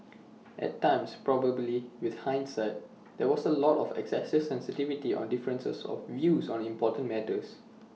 at times probably with hindsight there was A lot of excessive sensitivity on differences of views on important matters